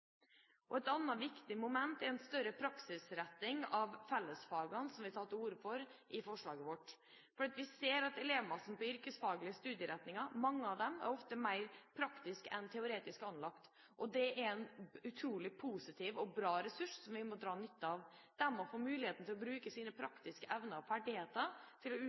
fellesfagene, som vi har tatt til orde for i forslaget vårt. Vi ser at mange av elevene på yrkesfaglige studieretninger ofte er mer praktisk enn teoretisk anlagt. Det er en utrolig positiv og bra ressurs som vi må dra nytte av. De må få muligheten til å bruke sine praktiske evner og ferdigheter til å